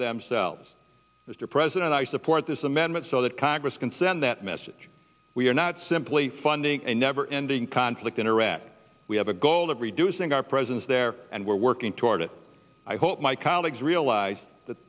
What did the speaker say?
themselves mr president i support this amendment so that congress can send that message we are not simply funding a never ending conflict in iraq we have a goal of reducing our presence there and we're working toward it i hope my colleagues realize that